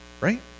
Right